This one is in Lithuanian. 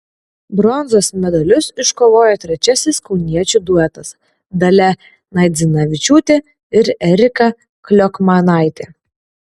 bronzos medalius iškovojo trečiasis kauniečių duetas dalia naidzinavičiūtė ir erika kliokmanaitė